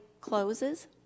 closes